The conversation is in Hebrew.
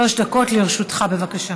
שלוש דקות לרשותך, בבקשה.